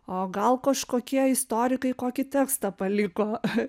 o gal kažkokie istorikai kokį tekstą paliko